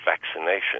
vaccination